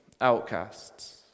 outcasts